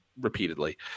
repeatedly